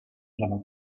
dalla